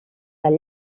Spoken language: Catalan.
del